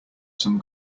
some